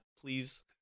please